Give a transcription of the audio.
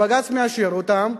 בג"ץ מאשר אותן,